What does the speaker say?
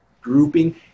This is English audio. grouping